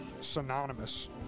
synonymous